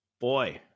Boy